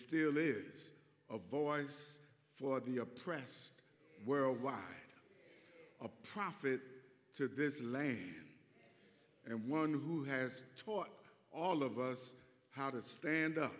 still is a voice for the oppressed worldwide a profit to this land and one who has taught all of us how to stand up